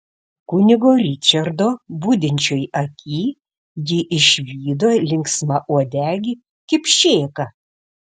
kunigo ričardo budinčioj aky ji išvydo linksmauodegį kipšėką